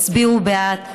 הצביעו בעד,